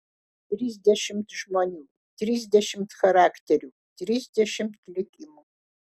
trisdešimt žmonių trisdešimt charakterių trisdešimt likimų